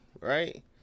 right